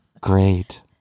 Great